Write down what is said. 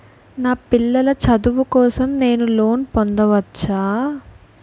నా పిల్లల చదువు కోసం నేను లోన్ పొందవచ్చా?